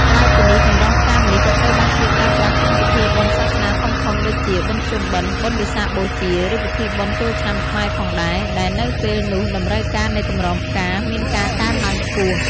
ក្រៅពីនេះកម្រងផ្កាម្លិះក៏ត្រូវបានគេប្រើប្រាស់ក្នុងពិធីបុណ្យសាសនាធំៗដូចជា បុណ្យភ្ជុំបិណ្ឌ បុណ្យវិសាខបូជា ឬពិធីបុណ្យចូលឆ្នាំខ្មែរផងដែរ ដែលនៅពេលនោះតម្រូវការនៃកម្រងផ្កាមានការកើនឡើងខ្ពស់។